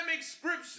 scripture